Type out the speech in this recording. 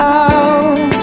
out